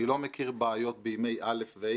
אני לא מכיר בעיות בימי א' ו-ה',